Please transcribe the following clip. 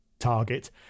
target